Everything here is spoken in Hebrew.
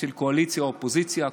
של קואליציה ואופוזיציה,